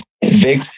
Big